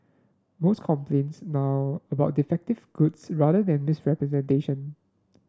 most complaints now about defective goods rather than misrepresentation